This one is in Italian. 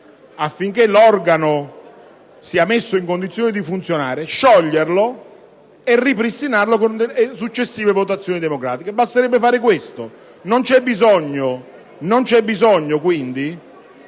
affinché l'organo fosse messo in condizioni di funzionare, scioglierlo e ripristinarlo con successive votazioni democratiche: basterebbe fare questo. Non c'è bisogno, quindi,